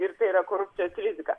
ir tai yra korupcijos rizika